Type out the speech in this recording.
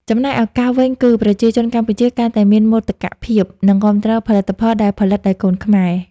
ចំណែកឱកាសវិញគឺ ប្រជាជនកម្ពុជាកាន់តែមានមោទកភាព និងគាំទ្រផលិតផលដែលផលិតដោយកូនខ្មែរ។